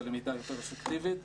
היא למידה יותר אפקטיבית.